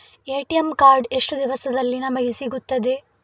ATM card ಎಷ್ಟು ದಿವಸದಲ್ಲಿ ನಮಗೆ ಸಿಗುತ್ತದೆ?